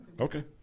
Okay